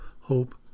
hope